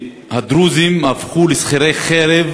הדרוזים הפכו לשכירי חרב